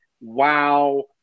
wow